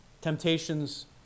Temptations